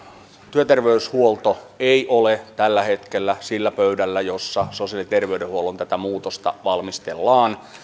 työterveyshuolto ei ole tällä hetkellä sillä pöydällä jossa sosiaali ja terveydenhuollon muutosta valmistellaan